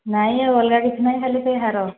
ନାହିଁ ଆଉ ଅଲଗା କିଛି ନାହିଁ ଖାଲି ସେ ହାର